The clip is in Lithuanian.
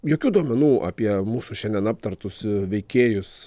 jokių duomenų apie mūsų šiandien aptartus veikėjus